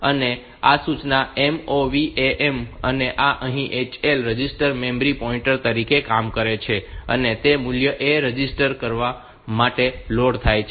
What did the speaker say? હવે આ સૂચના MOV A M છે તો આ અહીં HL રજિસ્ટર મેમરી પોઈન્ટર તરીકે કામ કરે છે અને તે મૂલ્ય A રજીસ્ટર કરવા માટે લોડ થાય છે